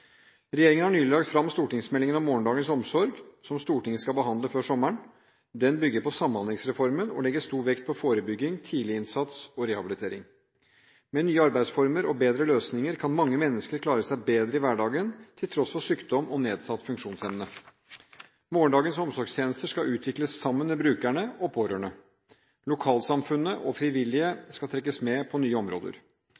Regjeringen har nylig lagt fram stortingsmeldingen Morgendagens omsorg, som Stortinget skal behandle før sommeren. Den bygger på Samhandlingsreformen og legger stor vekt på forebygging, tidlig innsats og rehabilitering. Med nye arbeidsformer og bedre løsninger kan mange mennesker klare seg bedre i hverdagen, til tross for sykdom og nedsatt funksjonsevne. Morgendagens omsorgstjenester skal utvikles sammen med brukerne og pårørende. Lokalsamfunnet og frivillige